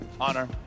honor